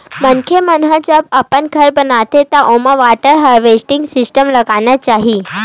मनखे मन ह जब घर अपन बनाथे त ओमा वाटर हारवेस्टिंग सिस्टम लगाना चाही